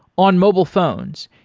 on mobile phones,